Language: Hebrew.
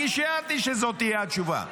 כי שיערתי שזאת תהיה התשובה.